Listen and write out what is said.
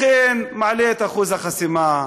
לכן הוא מעלה את אחוז החסימה.